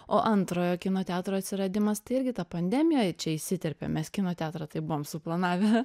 o antrojo kino teatro atsiradimas tai irgi ta pandemija čia įsiterpė mes kino teatrą taip buvom suplanavę